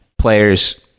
players